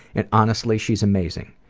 and honestly, she's amazing.